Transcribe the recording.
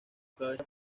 cabezas